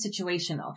situational